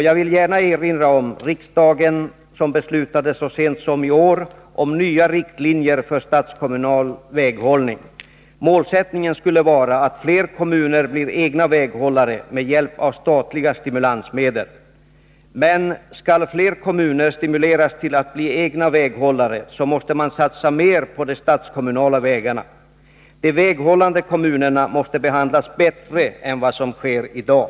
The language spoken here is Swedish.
Jag vill gärna erinra om att riksdagen så sent som i år beslutat om nya riktlinjer för statskommunal väghållning. Målsättningen skulle vara att fler kommuner blev egna väghållare med hjälp av statliga stimulansmedel. Men skall fler kommuner stimuleras till att bli egna väghållare måste man satsa mer på de statskommunala vägarna. De väghållande kommunerna måste behandlas bättre än vad som sker i dag.